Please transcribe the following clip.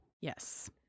Yes